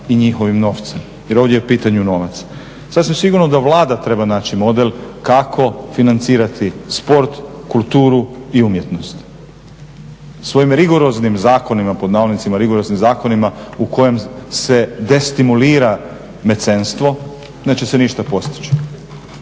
i njihovim novcem jer ovdje je u pitanju novac. Sasvim sigurno da Vlada treba naći model kako financirati sport, kulturu i umjetnost. Svojim rigoroznim zakonima, pod navodnicima rigoroznim zakonima u kojim se destimulira …, neće se ništa postići.